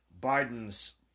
Biden's